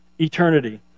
eternity